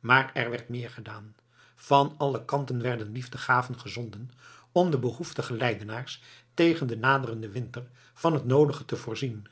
maar er werd meer gedaan van alle kanten werden liefdegaven gezonden om de behoeftige leidenaars tegen den naderenden winter van het noodige te voorzien